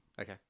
Okay